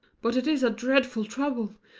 but it is a dreadful trouble,